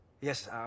Yes